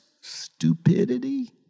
stupidity